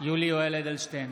יולי יואל אדלשטיין,